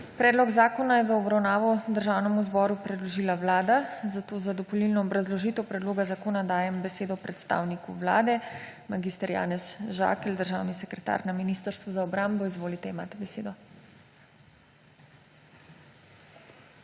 Predlog zakona je v obravnavo Državnemu zboru predložila Vlada, zato za dopolnilno obrazložitev predloga zakona dajem besedo predstavniku Vlade. Mag. Janez Žakelj, državni sekretar na Ministrstvu za obrambo, izvolite, imate besedo.